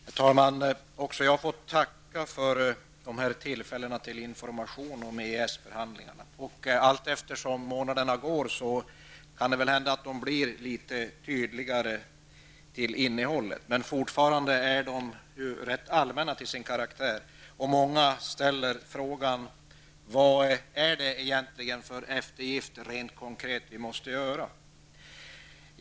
Herr talman! Också jag får tacka för dessa tillfällen till information om EES-förhandlingarna. Allteftersom månaderna går kan det hända att de blir tydligare till innehållet. Fortfarande är de rätt allmänna till sin karaktär. Många ställer frågan: Vad är det egentligen för eftergifter, rent konkret, vi måste göra?